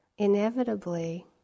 Inevitably